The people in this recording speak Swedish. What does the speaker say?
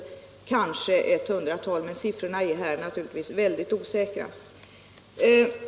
Det är kanske ett hundratal, men siffrorna är mycket osäkra.